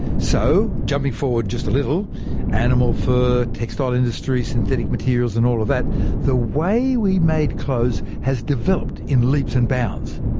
so jumping forward just a little animal fur, textile industries, synthetic materials and all of that the way we made clothes has developed in leaps and bounds.